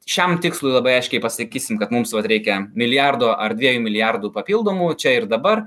šiam tikslui labai aiškiai pasakysim kad mums reikia milijardo ar dviejų milijardų papildomų čia ir dabar